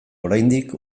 oraindik